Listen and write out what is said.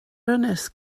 ynys